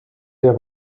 der